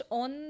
on